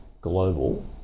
Global